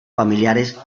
familiares